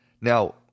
Now